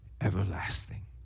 everlasting